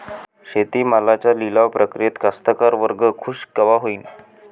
शेती मालाच्या लिलाव प्रक्रियेत कास्तकार वर्ग खूष कवा होईन?